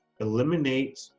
eliminate